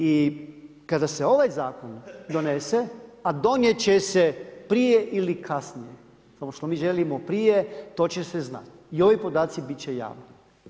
I kada se ovaj zakon donese a donijet će se prije ili kasnije, samo što mi želimo prije, točno se zna i ovi podaci bit će javni.